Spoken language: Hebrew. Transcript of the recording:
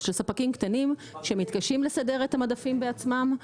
של הספקים הקטנים שמתקשים לסדר את המדפים בעצמם,